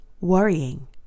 worrying